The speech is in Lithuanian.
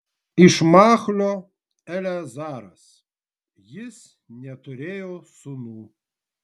iš machlio eleazaras jis neturėjo sūnų